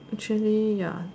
actually ya